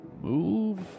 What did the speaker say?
move